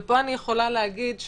ופה אני יכולה להגיד,